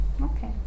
Okay